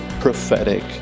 prophetic